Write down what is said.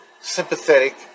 sympathetic